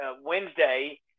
Wednesday